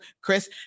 Chris